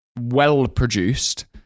well-produced